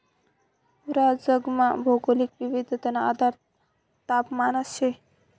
पूरा जगमा भौगोलिक विविधताना आधार तापमानच शे